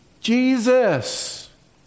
Jesus